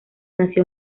nació